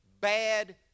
bad